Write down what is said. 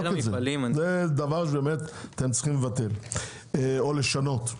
זה דבר שאתם צריכים לבטל או לשנות.